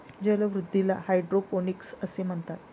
जलवृद्धीला हायड्रोपोनिक्स असे म्हणतात